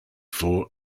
for